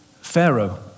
Pharaoh